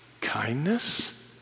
kindness